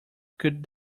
could